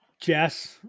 Jess